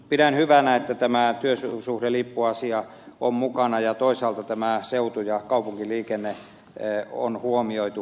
pidän hyvänä että tämä työsuhdelippuasia on mukana ja toisaalta tämä seutu ja kaupunkiliikenne on huomioitu